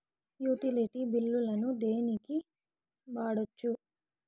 Utility బిల్లులను దేనికి వాడొచ్చు?